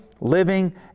living